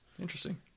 Interesting